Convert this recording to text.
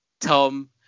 tom